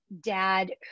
dad